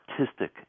artistic